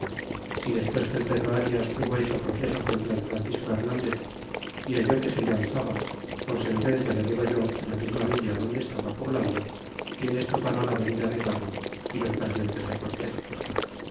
y despues que el pedro arias hubo hecho proceso contra el francisco hernandez y halló que se le alzaba por sentencia le degolló en la misma villa donde esába poblandd y en esto paró la venida de garro y los presentes de